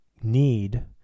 need